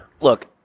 look